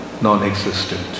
non-existent